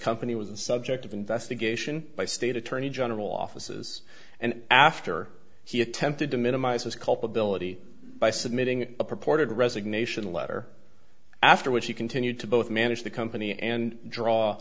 company was the subject of investigation by state attorney general offices and after he attempted to minimize his culpability by submitting a purported resignation letter after which he continued to both manage the company and draw